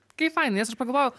kaip fainai nes aš pagalvojau